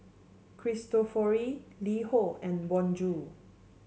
Cristofori LiHo and Bonjour